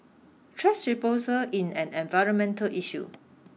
trash disposal in an environmental issue